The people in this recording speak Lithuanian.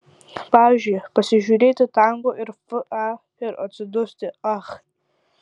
pavyzdžiui pasižiūrėti tango in fa ir atsidusti ach